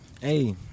Hey